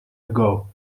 ago